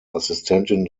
assistentin